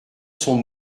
son